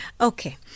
okay